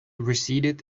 receded